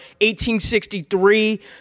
1863